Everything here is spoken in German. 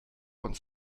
uns